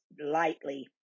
lightly